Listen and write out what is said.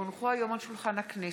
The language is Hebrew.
כי הונחו היום על שולחן הכנסת,